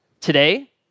Today